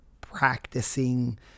practicing